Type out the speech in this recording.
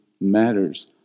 matters